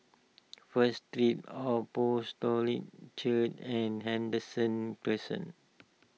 First Street Apostolic Church and Henderson Crescent